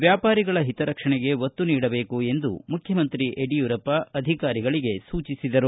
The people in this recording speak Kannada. ವ್ಯಾಪಾರಿಗಳ ಹಿತರಕ್ಷಣೆಗೆ ಒತ್ತು ನೀಡಬೇಕು ಎಂದು ಮುಖ್ಯಮಂತ್ರಿ ಯಡಿಯೂರಪ್ಪ ಅಧಿಕಾರಿಗಳಿಗೆ ಸೂಚಿಸಿದರು